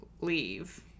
leave